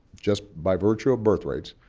just by virtue of birth rates,